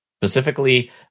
Specifically